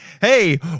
hey